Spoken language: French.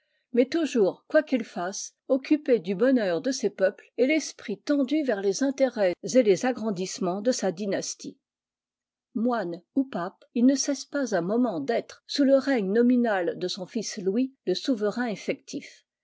mais toujours quoi qu'il fasse occupé du bonheur de ses peuples et l'esprit tendu vers les intérôts et les agrandissements de sa dynastie moine ou pape il ne cesse pas un moment d'être sous le règne nominal de son fils louis le souverain effectif